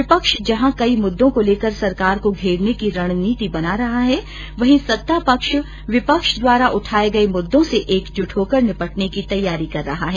विपक्ष जहां कई मुद्दो को लेकर सरकार को घेरने की रणनीति बना रहा है वहीं सत्तापक्ष विपक्ष द्वारा उठाये गये मुद्दों से एकजुट होकर निपटने की तैयारी कर रहा हैं